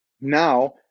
Now